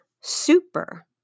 super